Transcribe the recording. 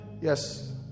yes